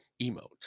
emote